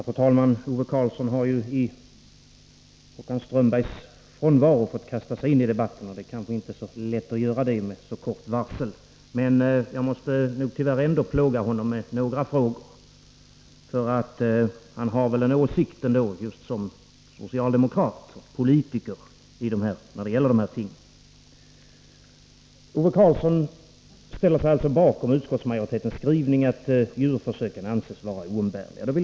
Fru talman! Ove Karlsson har ju i Håkan Strömbergs frånvaro fått kasta sig in i debatten, och det kanske inte är så lätt att göra det med så kort varsel. Men jag måste tyvärr ändå plåga honom med några frågor — han har väl ändå en åsikt just som socialdemokrat och politiker när det gäller dessa ting. Ove Karlsson ställer sig alltså bakom utskottsmajoritetens skrivning att djurförsöken anses vara oumbärliga.